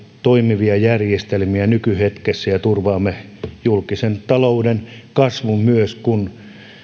toimivia järjestelmiä nykyhetkessä ja turvaamme julkisen talouden kasvun myös kun